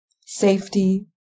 safety